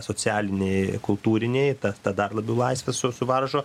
socialinėj kultūrinėj tą dar labiau laisvę susuvaržo